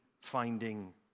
finding